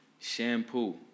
shampoo